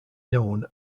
known